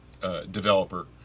developer